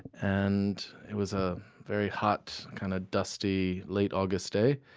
and it was a very hot, kind of dusty, late august day.